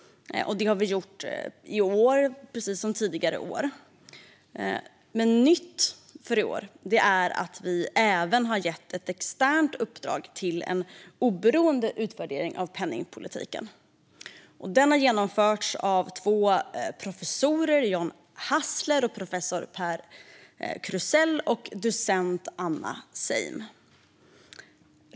Det har vi gjort i år precis som tidigare år. Nytt för i år är att vi även har gett ett externt uppdrag om en oberoende utvärdering av penningpolitiken. Den har genomförts av professorerna John Hassler och Per Krusell samt docent Anna Seim.